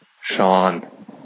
Sean